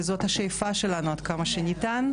זאת השאיפה שלנו עד כמה שניתן.